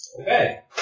Okay